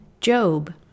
Job